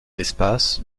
espace